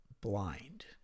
blind